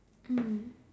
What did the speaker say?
mm